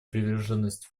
приверженность